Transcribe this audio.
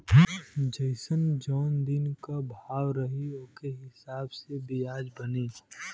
जइसन जौन दिन क भाव रही ओके हिसाब से बियाज बनी